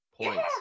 points